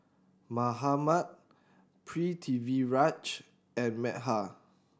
Mahatma Pritiviraj and Medha